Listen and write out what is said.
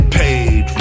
paid